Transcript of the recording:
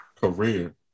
career